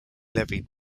levied